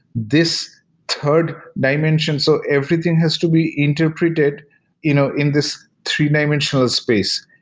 this third dimension, so everything has to be interpreted you know in this three-dimensional space.